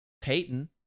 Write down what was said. Peyton